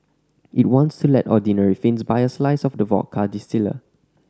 it wants to let ordinary Finns buy a slice of the vodka distiller